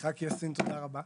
לחה"כ יאסין, תודה רבה